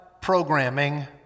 programming